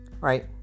right